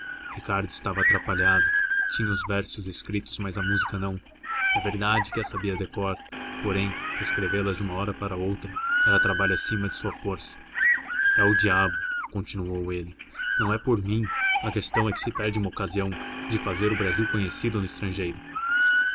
ricardo estava atrapalhado tinha os versos escritos mas a música não é verdade que as sabia de cor porém escrevê las de uma hora para outra era trabalho acima de sua força é o diabo continuou ele não é por mim a questão é que se perde uma ocasião de fazer o brasil conhecido no estrangeiro